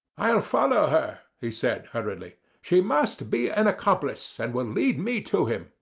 i'll follow her, he said, hurriedly she must be an accomplice, and will lead me to him.